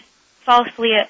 falsely